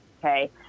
Okay